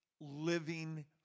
living